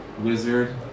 Wizard